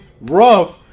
rough